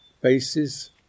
bases